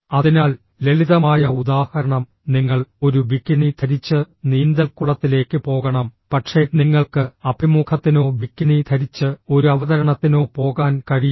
അതിനാൽ ലളിതമായ ഉദാഹരണം നിങ്ങൾ ഒരു ബിക്കിനി ധരിച്ച് നീന്തൽക്കുളത്തിലേക്ക് പോകണം പക്ഷേ നിങ്ങൾക്ക് അഭിമുഖത്തിനോ ബിക്കിനി ധരിച്ച് ഒരു അവതരണത്തിനോ പോകാൻ കഴിയില്ല